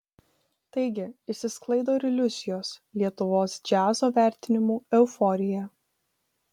taigi išsisklaido ir iliuzijos lietuvos džiazo vertinimų euforija